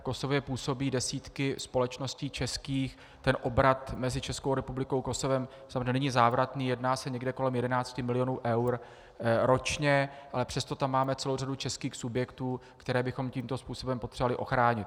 V Kosovu působí desítky společností českých, ten obrat mezi Českou republikou a Kosovem není závratný, jedná se kolem 11 miliónů eur ročně, ale přesto tam máme celou řadu českých subjektů, které bychom tímto způsobem potřebovali ochránit.